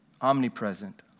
omnipresent